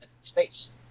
space